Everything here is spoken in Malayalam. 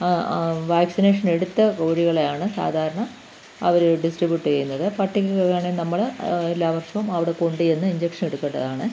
ആ വാക്സിനേഷനെടുത്ത കോഴികളെയാണ് സാധാരണ അവർ ഡിസ്ട്രിബ്യൂട്ട് ചെയ്യുന്നത് പട്ടിക്ക് വേണേൽ നമ്മൾ എല്ലാ വർഷവും അവിടെ കൊണ്ട് ചെന്ന് ഇഞ്ചക്ഷനെടുക്കേണ്ടതാണ്